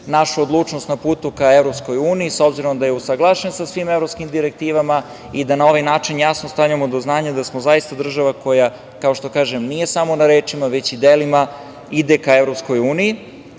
našu odlučnost na putu ka EU s obzirom da je usaglašen sa svim evropskim direktivama i da na ovaj način jasno stavljamo do znanja da smo zaista država koja kao što kažem nije samo na rečima, već i delima ide ka EU, a inače